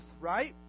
right